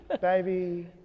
baby